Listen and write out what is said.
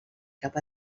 cap